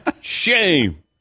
shame